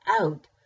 out